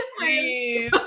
please